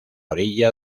orilla